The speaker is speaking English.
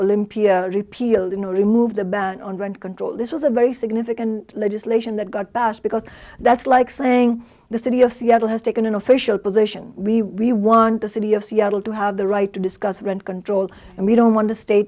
olympia repealed in remove the ban on gun control this was a very significant legislation that got passed because that's like saying the city of seattle has taken an official position we we want the city of seattle to have the right to discuss rent control and we don't want to sta